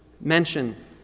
mention